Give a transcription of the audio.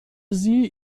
sie